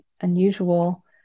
unusual